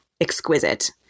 exquisite